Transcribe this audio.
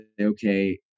okay